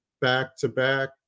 back-to-back